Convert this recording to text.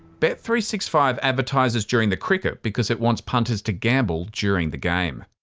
but three six five advertises during the cricket because it wants punters to gamble during the game.